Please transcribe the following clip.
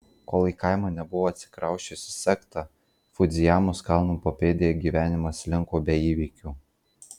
kol į kaimą nebuvo atsikrausčiusi sekta fudzijamos kalno papėdėje gyvenimas slinko be įvykių